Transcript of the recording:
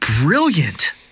brilliant